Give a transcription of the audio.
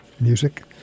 music